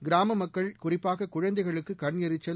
கிராமமக்கள் குறிப்பாக குழந்தைகளுக்கு கண் எரிச்சல்